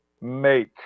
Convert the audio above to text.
make